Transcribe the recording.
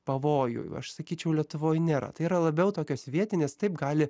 pavojų aš sakyčiau lietuvoj nėra tai yra labiau tokias vietines taip gali